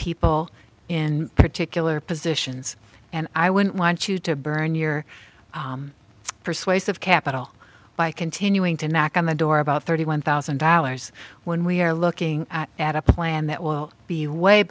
people in particular positions and i wouldn't want you to burn your persuasive capital by continuing to knock on the door about thirty one thousand dollars when we are looking at a plan that will be way